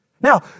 Now